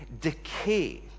decay